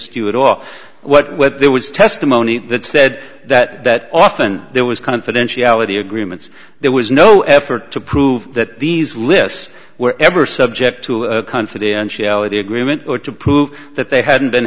you at all what there was testimony that said that that often there was confidentiality agreements there was no effort to prove that these lists were ever subject to a confidentiality agreement or to prove that they hadn't been